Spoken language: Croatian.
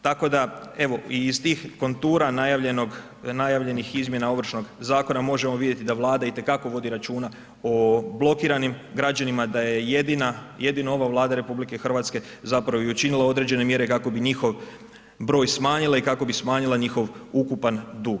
Tako da evo i iz tih kontura najavljenog, najavljenih izmjena Ovršnog zakona možemo vidjeti da Vlada i te kako vodi računa o blokiranim građanima, da je jedino ova Vlada RH zapravo i učinila određene mjere kako bi njihov broj smanjila i kako bi smanjila njihov ukupan dug.